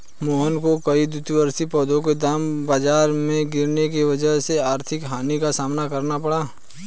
मोहन को कई द्विवार्षिक पौधों के दाम बाजार में गिरने की वजह से आर्थिक हानि का सामना करना पड़ा